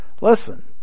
Listen